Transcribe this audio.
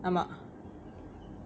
ஆமா:aamaa